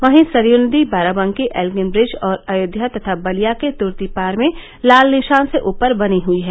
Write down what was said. वहीं सरय नदी बाराबकी एलिनब्रिज और अयोध्या तथा बलिया के तूर्तीपार में लाल निशान से ऊपर बनी हई है